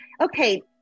okay